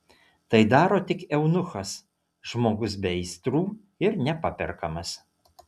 tai daro tik eunuchas žmogus be aistrų ir nepaperkamas